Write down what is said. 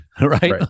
right